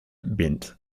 bint